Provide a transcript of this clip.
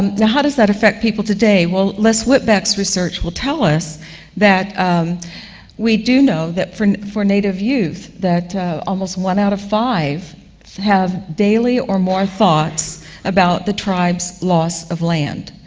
and how does that affect people today? well, les wittbeck's research will tell us that we do know that for for native youth that almost one out of five have daily or more thoughts about the tribe's loss of land.